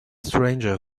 stranger